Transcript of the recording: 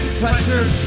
pressure